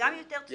וגם יותר צודק.